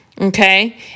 Okay